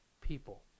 people